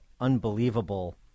unbelievable